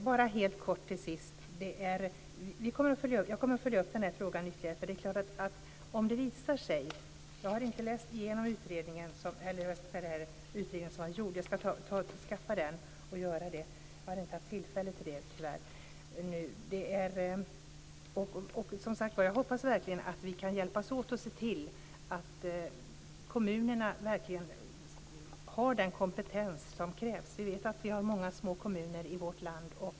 Fru talman! Jag kommer att följa upp frågan ytterligare. Jag har tyvärr inte haft tillfälle att läsa igenom den utredning som har gjorts. Jag ska skaffa den. Jag hoppas verkligen att vi kan hjälpas åt att se till att kommunerna verkligen har den kompetens som krävs. Vi vet att det finns många små kommuner i vårt land.